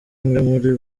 umwe